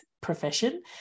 profession